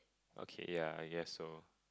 okay ya I guess so